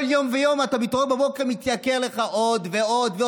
כל יום ויום אתה מתעורר בבוקר ומתייקר לך עוד ועוד.